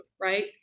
right